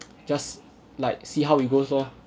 just like see how it goes lor